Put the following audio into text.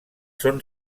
són